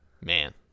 man